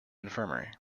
infirmary